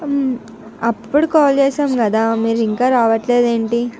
అప్పుడు కాల్ చేసాం కదా మీరు ఇంకా రావట్లేదేంటి